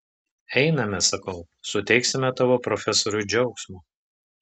einame sakau suteiksime tavo profesoriui džiaugsmo